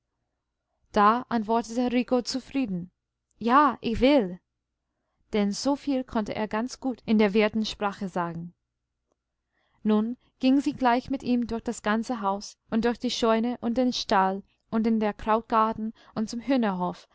da antwortete rico zufrieden ja ich will denn so viel konnte er ganz gut in der wirtin sprache sagen nun ging sie gleich mit ihm durch das ganze haus und durch die scheune und den stall und in den krautgarten und zum